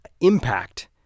impact